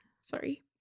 sorry